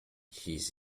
his